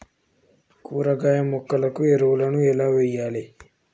కూరగాయ మొక్కలకు ఎరువులను ఎలా వెయ్యాలే?